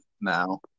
now